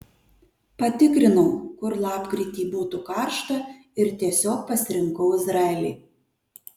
patikrinau kur lapkritį būtų karšta ir tiesiog pasirinkau izraelį